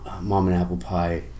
mom-and-apple-pie